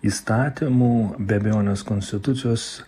įstatymų be abejonės konstitucijos